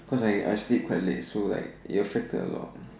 cause I I actually sleep quite late so like it affected a lot